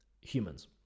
humans